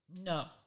No